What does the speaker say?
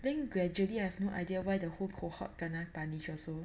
then gradually I have no idea why the whole cohort kena punish also